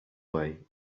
way